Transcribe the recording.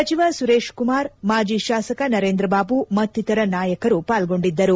ಸಚಿವ ಸುರೇಶ್ ಕುಮಾರ್ ಮಾಜಿ ಶಾಸಕ ನರೇಂದ್ರ ಬಾಬು ಮತ್ತಿತರ ನಾಯಕರು ಪಾಲ್ಗೊಂಡಿದ್ದರು